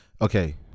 okay